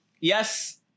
yes